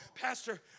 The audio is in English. Pastor